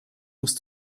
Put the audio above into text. muss